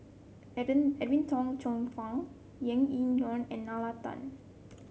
Edwin Tong Chun Fai Yau Tian Yau and Nalla Tan